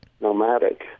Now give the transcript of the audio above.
nomadic